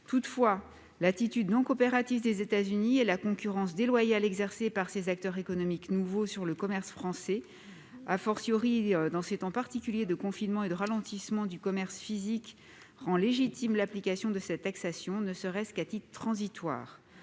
Toutefois, l'attitude non coopérative des États-Unis et la concurrence déloyale exercée par ces acteurs économiques nouveaux sur le commerce français, dans ces temps particuliers de confinement et de ralentissement du commerce physique, rend légitime cette taxation, ne serait-ce qu'à titre transitoire.